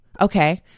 Okay